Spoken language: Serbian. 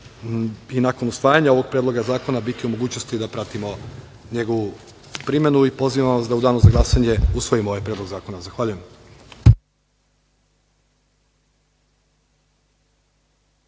i nakon usvajanja ovog predloga zakona biti u mogućnosti da pratimo njegovu primenu i pozivam vas da u danu za glasanje usvojimo ovaj predlog zakona. Zahvaljujem.